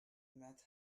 meth